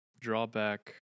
drawback